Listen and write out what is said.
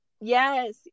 Yes